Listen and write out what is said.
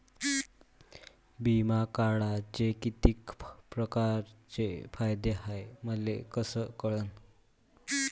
बिमा काढाचे कितीक परकारचे फायदे हाय मले कस कळन?